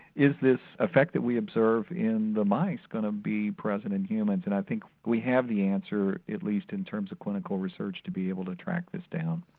is this effect that we observe in the mice going to be present in humans and i think we have the answer, at least in terms of clinical research to be able to track this down.